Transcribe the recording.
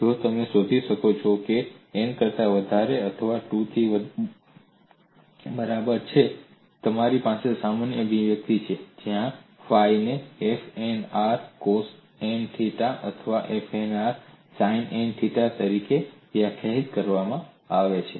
તો તમે જે શોધી શકો છો તે n કરતા વધારે અથવા 2 ની બરાબર છે તમારી પાસે સામાન્ય અભિવ્યક્તિ છે જ્યાં ફાઈ ને f n r cos n theta અથવા f n r sine n theta તરીકે વ્યાખ્યાયિત કરવામાં આવે છે